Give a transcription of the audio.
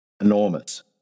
enormous